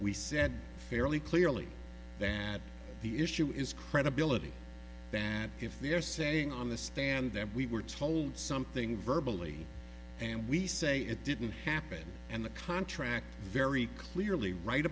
we said fairly clearly that the issue is credibility that if they're saying on the stand that we were told something verbal e and we say it didn't happen and the contract very clearly right